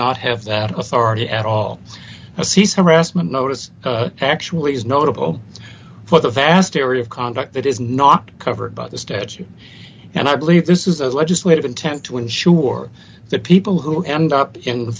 not have that authority at all as he's harassment notice actually is notable for the vast area of conduct that is not covered by the statute and i believe this is a legislative intent to ensure that people who end up in the